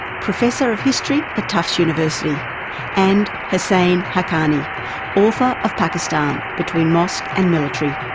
professor of history at tufts university and hussain haqqani author of pakistan between mosque and military.